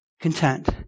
content